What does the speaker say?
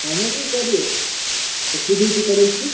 اَہَن حظ گرے تُہۍ چھِوٕ ڈیوٹی پٮ۪ٹھ ٲسمٕتۍ